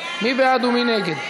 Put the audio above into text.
מי בעד ומי נגד,